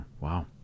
wow